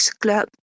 club